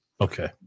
Okay